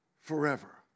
forever